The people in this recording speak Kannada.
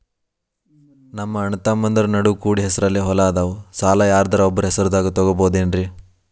ನಮ್ಮಅಣ್ಣತಮ್ಮಂದ್ರ ನಡು ಕೂಡಿ ಹೆಸರಲೆ ಹೊಲಾ ಅದಾವು, ಸಾಲ ಯಾರ್ದರ ಒಬ್ಬರ ಹೆಸರದಾಗ ತಗೋಬೋದೇನ್ರಿ?